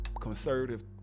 conservative